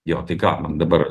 jo tai ką man dabar